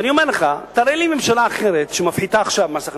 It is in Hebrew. ואני אומר לך: תראה לי ממשלה אחרת שמפחיתה עכשיו מס הכנסה.